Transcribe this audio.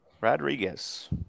Rodriguez